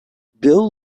bill